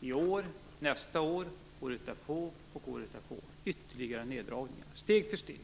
i år, nästa år, året därpå och året efter det. Det är ytterligare neddragningar, steg för steg.